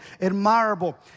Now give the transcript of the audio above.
admirable